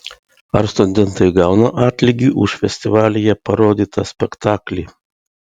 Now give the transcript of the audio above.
ar studentai gauna atlygį už festivalyje parodytą spektaklį